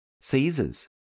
Caesar's